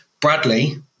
Bradley